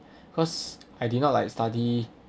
cause I did not like study